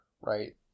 right